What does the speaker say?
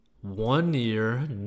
one-year